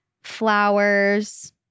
Flowers